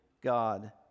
God